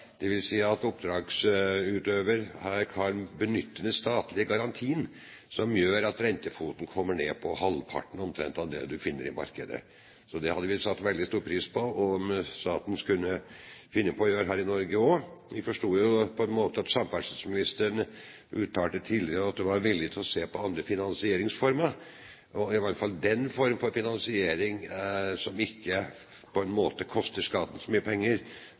dvs. at oppdragsutøver her kan benytte den statlige garantien som gjør at rentefoten kommer ned på omtrent halvparten av det du finner i markedet. Det hadde vi satt veldig stor pris på om staten også kunne finne på å gjøre her i Norge. Vi forsto jo at samferdselsministeren tidligere uttalte at hun var villig til å se på andre finansieringsformer – iallfall den form for finansiering som ikke koster staten så mye penger,